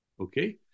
okay